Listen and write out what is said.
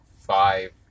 five